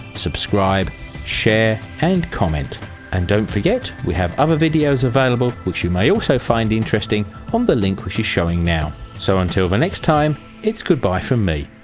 subscribe share and comment and don't forget we have other videos available which you may also find interesting on um the link which is showing now, so until the next time it's goodbye from me